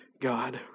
God